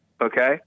okay